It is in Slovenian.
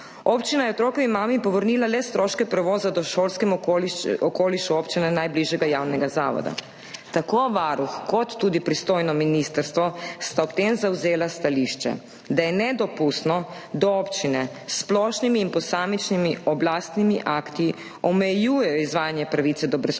Občina je otrokovi mami povrnila le stroške prevoza do v šolskem okolišu občine najbližjega javnega zavoda. Tako Varuh kot tudi pristojno ministrstvo sta ob tem zavzela stališče, da je nedopustno, da občine s splošnimi in posamičnimi oblastnimi akti omejujejo izvajanje pravice do brezplačnega